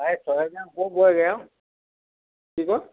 প্ৰায় ছয় হেজাৰৰ ওপৰ পৰেগৈ আৰু কি কয়